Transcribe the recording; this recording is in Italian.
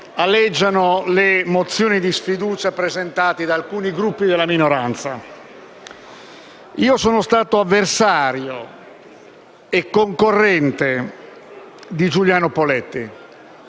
aleggiano le mozioni di sfiducia presentate da alcuni Gruppi della minoranza. Sono stato avversario e concorrente di Giuliano Poletti,